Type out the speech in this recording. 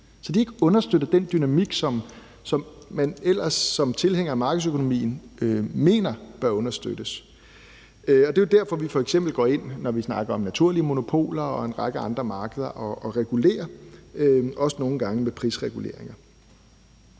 så det ikke understøtter den dynamik, som man ellers som tilhænger af markedsøkonomien mener bør understøttes. Det er derfor, vi f.eks. går ind, når vi snakker om naturlige monopoler og en række andre markeder, og regulerer, også nogle gange med prisreguleringer.